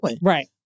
Right